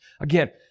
Again